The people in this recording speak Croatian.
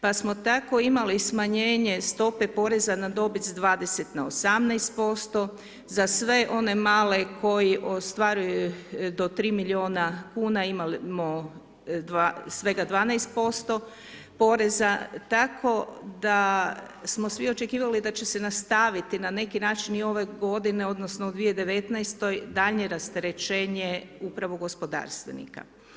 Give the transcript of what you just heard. Pa smo tako imali i smanjenje stope poreza na dobit sa 20 na 18% za sve one male koji ostvaruju do 3 milijuna kn, imali bi svega 12% poreza, tako da smo svi očekivali da će se nastaviti, na neki način i ove g. odnosno, 2019. daljnje rasterećenje upravo gospodarstvenika.